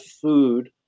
food